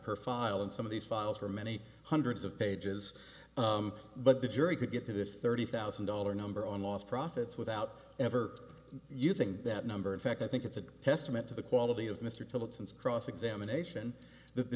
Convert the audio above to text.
per file and some of these files were many hundreds of pages but the jury could get this thirty thousand dollar number on lost profits without ever using that number in fact i think it's a testament to the quality of mr tillotson cross examination th